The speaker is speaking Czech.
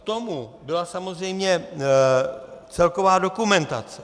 K tomu byla samozřejmě celková dokumentace.